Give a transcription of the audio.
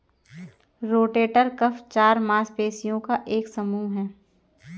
rotator cuff चार मांसपेशियों का एक समूह है